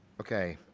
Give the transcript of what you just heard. okay,